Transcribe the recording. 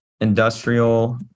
industrial